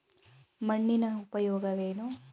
ಮಣ್ಣಿನ ಉಪಯೋಗವೇನು?